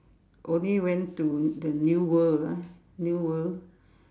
only went to the new world ah new world